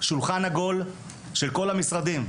שולחן עגול של כל המשרדים: